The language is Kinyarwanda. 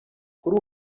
kuri